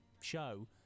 show